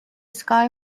sky